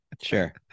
sure